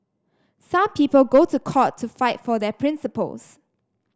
some people go to court to fight for their principles